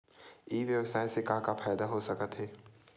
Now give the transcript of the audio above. ई व्यवसाय से का का फ़ायदा हो सकत हे?